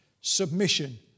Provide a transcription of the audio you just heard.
submission